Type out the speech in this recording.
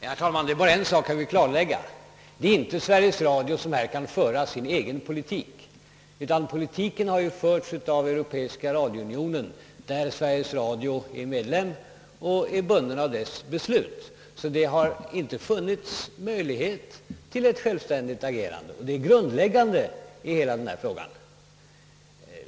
Herr talman! Jag vill gärna klarlägga en sak. Sveriges Radio kan inte föra sin egen politik i en sådan här fråga, utan den har förts av Europeiska radiounionen. Som medlem i denna organisation är Sveriges Radio bunden av dess beslut. Det har således inte för Sveriges Radio funnits några möjligheter till självständigt agerande. Detta är grundläggande för hela denna fråga.